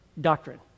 doctrine